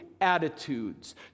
attitudes